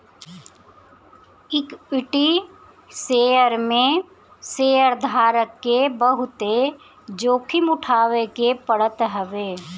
equity share में शेयरधारक के बहुते जोखिम उठावे के पड़त हवे